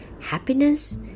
happiness